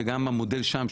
שגם המודל שם,